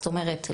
זאת אומרת,